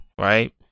right